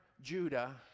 Judah